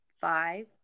Five